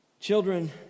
Children